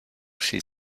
she